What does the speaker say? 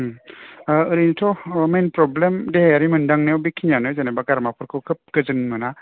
ओरैनोथ' main problem देहायारि मोनदांनायाव बेखिनियानो जेनेबा गारमाफोरखौ खोब गोजोन मोना